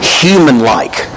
human-like